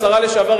השרה לשעבר,